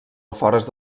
afores